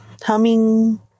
humming